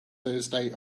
thursday